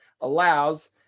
allows